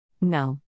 No